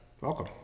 welcome